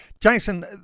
Jason